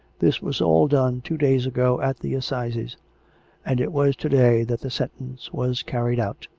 this was all done two days ago at the assizes and it was to-day that the sentence was carried out,